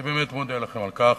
אני באמת מודה לכם על כך.